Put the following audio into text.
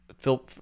Phil